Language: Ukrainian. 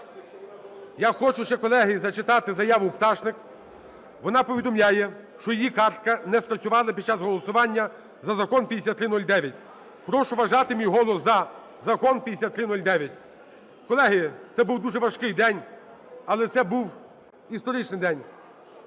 Я хочу ще, колеги, зачитати заяву Пташник. Вона повідомляє, що її картка не спрацювала під час голосування за Закон 5309: "Прошу вважати мій голос "за" за Закон 5309". Колеги, це був дуже важкий день, але це був історичний день.